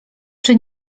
czy